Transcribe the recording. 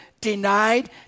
denied